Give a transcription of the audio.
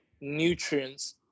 nutrients